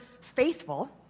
faithful